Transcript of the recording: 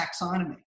taxonomy